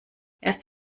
erst